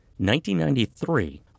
1993